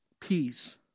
peace